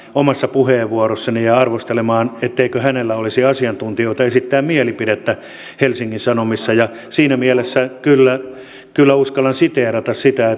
omassa puheenvuorossani ja ja arvostelemaan etteikö hänellä olisi asiantuntijuutta esittää mielipidettä helsingin sanomissa ja siinä mielessä kyllä kyllä uskallan siteerata sitä